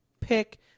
pick